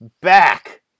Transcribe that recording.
back